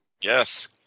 Yes